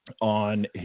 on